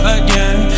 again